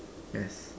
yes